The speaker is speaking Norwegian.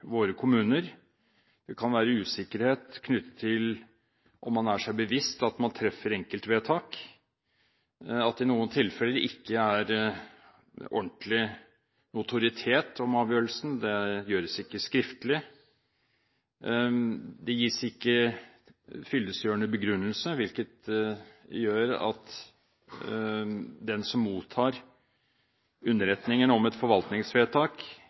våre kommuner. Det kan være usikkerhet knyttet til om man er seg bevisst at man treffer enkeltvedtak, at det i noen tilfeller ikke er ordentlig notoritet om avgjørelsen, det gjøres ikke skriftlig, og det gis ikke fyllestgjørende begrunnelse, hvilket gjør at den som mottar underretningen om et forvaltningsvedtak,